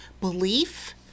belief